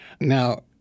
Now